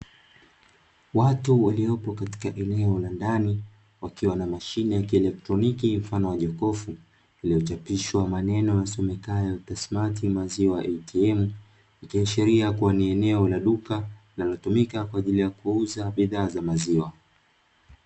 Watu waliopo katika eneo ukiwa na mashine ya kielektroniki mfano wa jokofu lililo chapishwa maneno yasomekayo Kismati maziwa atm ikisheria kuwa ni eneo la duka linalotumika kwa ajili ya kuuza bidhaa za maziwa.